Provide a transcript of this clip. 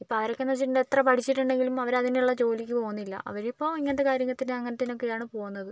ഇപ്പോൾ അവരുന്നൊക്കെ വെച്ചിട്ടുണ്ടേൽ എത്ര പഠിച്ചിട്ടുണ്ടെലും അവർ അതിനുള്ള ജോലിക്ക് പോകുന്നില്ല അവരിപ്പോൾ ഇങ്ങനത്തെ കാര്യത്തിന് അങ്ങനെത്തെനൊക്കെയാണ് പോകുന്നത്